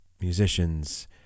musicians